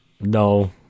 no